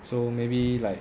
so maybe like